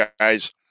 guys